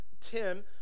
Tim